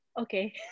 okay